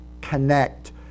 connect